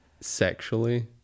sexually